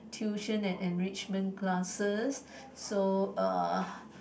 tuition and enrichment classes so uh